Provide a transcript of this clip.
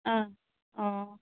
অঁ অঁ